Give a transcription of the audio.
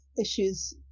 issues